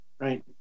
right